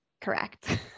correct